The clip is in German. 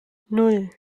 nan